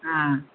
आं